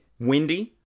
Windy